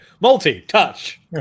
multi-touch